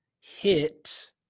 hit